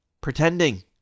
pretending